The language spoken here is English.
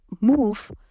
move